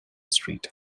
street